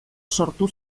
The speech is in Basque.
sortu